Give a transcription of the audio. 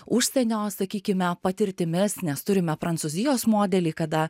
užsienio sakykime patirtimis nes turime prancūzijos modelį kada